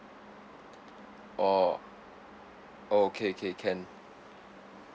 orh okay K can